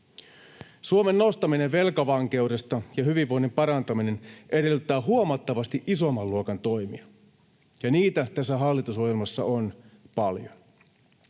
Suomen nostaminen velkavankeudesta ja hyvinvoinnin parantaminen edellyttävät huomattavasti isomman luokan toimia, ja niitä tässä hallitusohjelmassa on paljon.